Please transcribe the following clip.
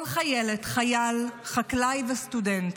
כל חיילת, חייל, חקלאי וסטודנט.